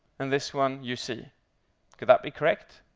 and this one you see. could that be correct?